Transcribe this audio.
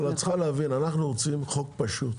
אבל את צריכה להבין, אנחנו רוצים חוק פשוט.